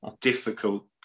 difficult